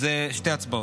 אלו שתי הצבעות,